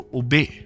obey